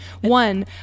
One